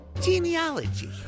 genealogy